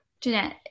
jeanette